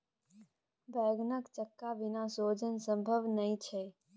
बैंगनक चक्का बिना सोजन संभवे नहि छै